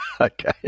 Okay